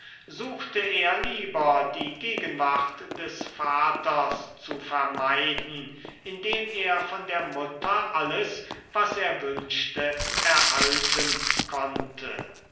suchte er lieber die gegenwart der vaters zu vermeiden indem er von der mutter alles was es wünschte erhalten konnte